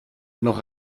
noch